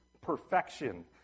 perfection